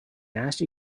nash